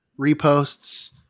reposts